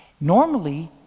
Normally